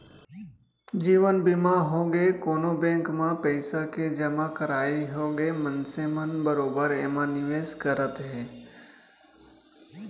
जीवन बीमा होगे, कोनो बेंक म पइसा के जमा करई होगे मनसे मन बरोबर एमा निवेस करत हे